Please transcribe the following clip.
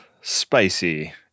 spicy